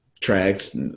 tracks